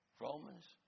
Romans